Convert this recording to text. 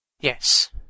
Yes